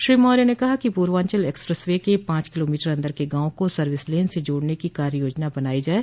श्री मौर्य ने कहा कि पूर्वांचल एक्सप्रेस वे के पांच किलोमीटर अन्दर के गांवों को सर्विस लेन से जोड़ने की कार्य योजना बनाई जाये